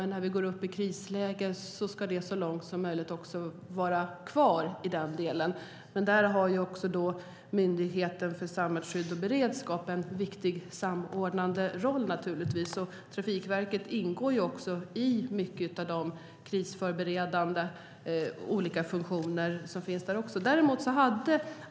När vi är i krisläge ska det så långt som möjligt fortsätta vara så, men då har också Myndigheten för samhällsskydd och beredskap en viktig samordnande roll. Trafikverket ingår i många av de krisförberedande funktioner som finns där.